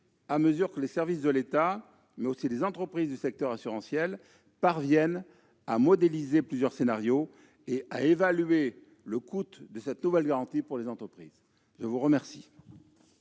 à mesure que les services de l'État mais aussi les entreprises du secteur assurantiel parviennent à modéliser plusieurs scénarios et à évaluer le coût de cette nouvelle garantie pour les entreprises. La parole